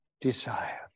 desire